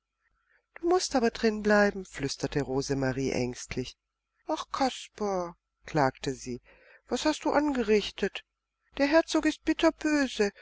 du mußt aber drin bleiben flüsterte rosemarie ängstlich ach kasper klagte sie was hast du angerichtet der herzog ist bitterböse